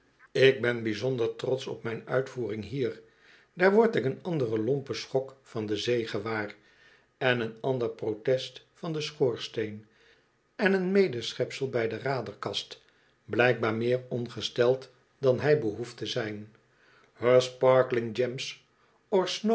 ik ben bijzonder trotsch op mijn uitvoering hier daar word ik een anderen lompen schok van de zee gewaar en een ander protest van den schoorsteen en een medeschepsel bij de raderkast blijkbaar meer ongesteld dan hij behoeft te zijn her